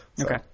Okay